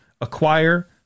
acquire